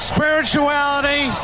Spirituality